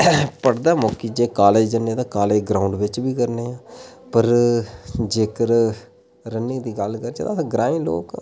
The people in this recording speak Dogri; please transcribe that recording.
पढ़दा मौकी जे कॉलेज जन्ने ते कॉलेज ग्राउंड बिच बी करने आं पर जेकर रनिंग दी गल्ल करने आं ते अस ग्राएं लोक